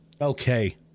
Okay